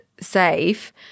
safe